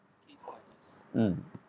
mm